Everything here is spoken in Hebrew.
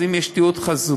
אז אם יש תיעוד חזותי,